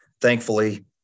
thankfully